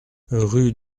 rue